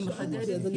אני מחדדת את השאלה.